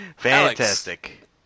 Fantastic